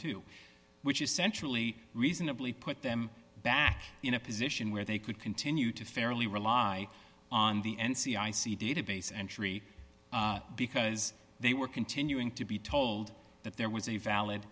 two which essentially reasonably put them back in a position where they could continue to fairly rely on the n c i c database entry because they were continuing to be told that there was a valid